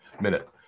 minute